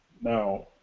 Now